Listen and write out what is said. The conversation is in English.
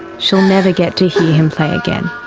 she'll never get to hear him play again.